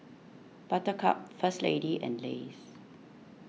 Buttercup First Lady and Lays